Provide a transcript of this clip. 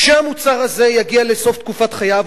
כשהמוצר הזה יגיע לסוף תקופת חייו,